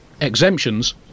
Exemptions